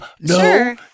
no